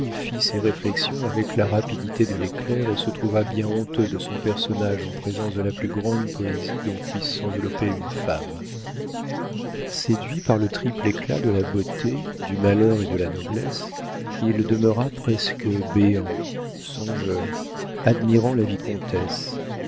fit ces réflexions avec la rapidité de l'éclair et se trouva bien honteux de son personnage en présence de la plus grande poésie dont puisse s'envelopper une femme séduit par le triple éclat de la beauté du malheur et de la noblesse il demeura presque béant songeur admirant la vicomtesse